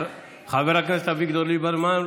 חבר הכנסת אביגדור ליברמן,